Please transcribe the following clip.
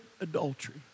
adultery